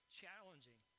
challenging